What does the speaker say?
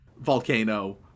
volcano